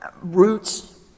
roots